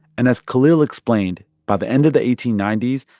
and as khalil explained, by the end of the eighteen ninety s,